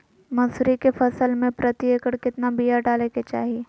मसूरी के फसल में प्रति एकड़ केतना बिया डाले के चाही?